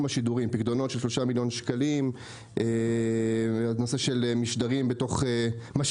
השידורים פיקדונות של 3 מיליון שקלים ומשדרים בפוליגונים